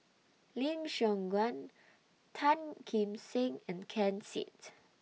Lim Siong Guan Tan Kim Seng and Ken Seet